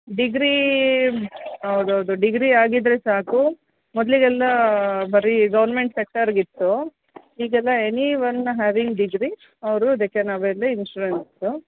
degree ಹೌದೌದು degree ಆಗಿದ್ದರೆ ಸಾಕು ಮೊದಲಿಗೆಲ್ಲ ಬರೀ ಗೌರ್ಮೆಂಟ್ ಸೆಕ್ಟರ್ಗಿತ್ತು ಈಗೆಲ್ಲ ಎನಿ ಒನ್ ಹ್ಯಾವಿಂಗ್ ಡಿಗ್ರಿ ಅವರು they can avail the insurance